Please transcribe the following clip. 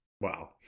Wow